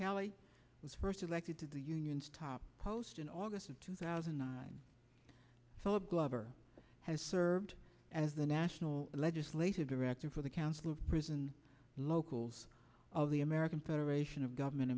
cali was first elected to the union's top post in august of two thousand and twelve glover has served as the national legislative director for the council of prison locals of the american federation of government